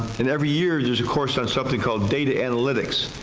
and every year there's of course ah something called data analytics,